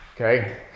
okay